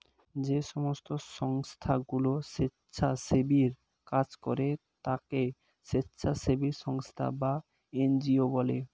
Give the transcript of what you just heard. যেই সমস্ত সংস্থাগুলো স্বেচ্ছাসেবীর কাজ করে তাকে স্বেচ্ছাসেবী সংস্থা বা এন জি ও বলে